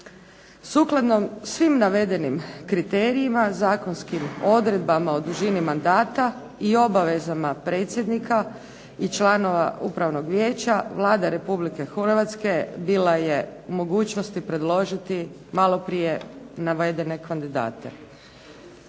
Sukladno svim navedenim kriterijima, zakonskim odredbama o dužini mandata i obavezama predsjednika i članovima upravnog vijeća Vlada Republike Hrvatske bila je u mogućnosti predložiti malo prije navedene kandidate.